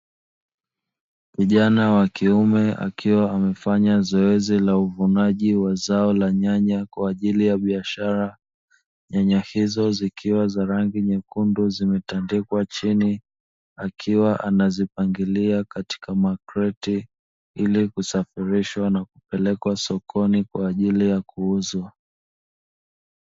Kijana wakiume akiwa amefanya zoezi la uvunaji wa zao la nyanya kwa ajili ya biashara, nyanya hizo zikiwa za rangi nyekundu zimetandikwa chini akiwa anazipangilia katika makreti ili kusafirishwa na kupelekwa sokoni kwa ajili ya kuuzwa.